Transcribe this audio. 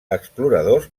exploradors